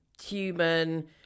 human